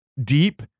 deep